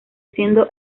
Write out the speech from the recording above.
siendo